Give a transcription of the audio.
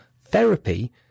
therapy